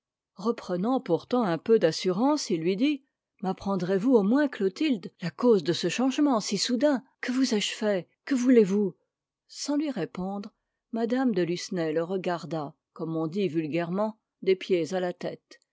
reprenant pourtant un peu d'assurance il lui dit mapprendrez vous au moins clotilde la cause de ce changement si soudain que vous ai-je fait que voulez-vous sans lui répondre mme de lucenay le regarda comme on dit vulgairement des pieds à la tête